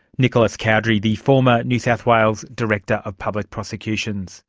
nicholas cowdery, the former new south wales director of public prosecutions